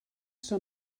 schon